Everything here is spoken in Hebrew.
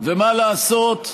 ומה לעשות?